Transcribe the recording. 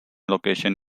location